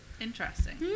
Interesting